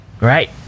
Right